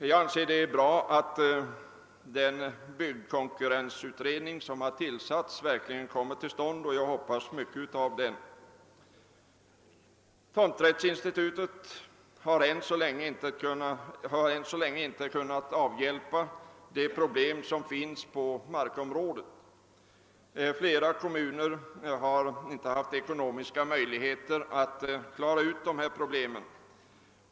Jag tycker det är bra att den byggkonkurrensutredning som tillsatts nu kan börja arbeta, och jag hoppas mycket av den. Tomträttsinstitutet har än så länge inte kunnat avhjälpa de problem som finns när det gäller tomtmarken. Ett stort antal kommuner har inte haft ekonomiska möjligheter att klara dessa problem.